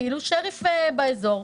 כאילו הוא שריף באזור.